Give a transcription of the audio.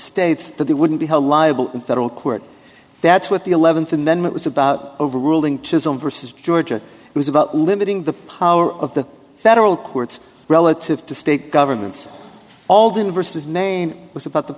states that they wouldn't be held liable in federal court that's what the eleventh amendment was about overruling jism versus ga it was about limiting the power of the federal courts relative to state governments all diverses maine was about the